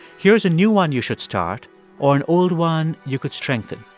here's a new one you should start or an old one you could strengthen.